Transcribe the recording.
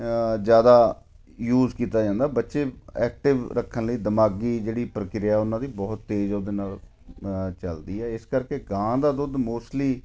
ਜ਼ਿਆਦਾ ਯੂਜ ਕੀਤਾ ਜਾਂਦਾ ਬੱਚੇ ਐਕਟਿਵ ਰੱਖਣ ਲਈ ਦਿਮਾਗੀ ਜਿਹੜੀ ਪ੍ਰਕਿਰਿਆ ਉਹਨਾਂ ਦੀ ਬਹੁਤ ਤੇਜ਼ ਉਹਦੇ ਨਾਲ ਚੱਲਦੀ ਹੈ ਇਸ ਕਰਕੇ ਗਾਂ ਦਾ ਦੁੱਧ ਮੋਸਟਲੀ